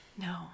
No